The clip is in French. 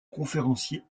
conférencier